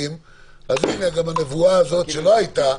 סטנדרטיים, אז גם הנבואה הזאת, שלא הייתה,